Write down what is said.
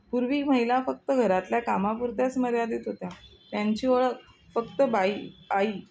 पूर्वी महिला फक्त घरातल्या कामापुरत्याच मर्यादित होत्या त्यांची ओळख फक्त बाई आई